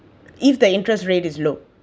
if the interest rate is low